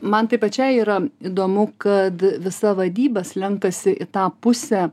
man tai pačiai yra įdomu kad visa vadyba slenkasi į tą pusę